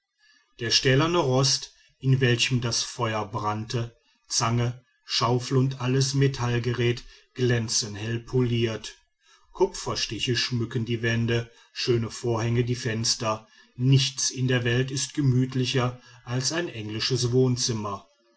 der stählerne rost in welchem das feuer brannte zange schaufel und alles metallgerät glänzen hell poliert kupferstiche schmücken die wände schöne vorhänge die fenster nichts in der welt ist gemütlicher als ein englisches wohnzimmer